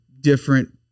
different